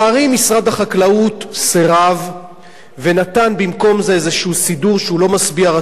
משרד החקלאות סירב ונתן במקום זה איזה סידור שהוא לא משביע רצון,